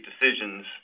decisions